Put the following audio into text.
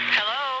Hello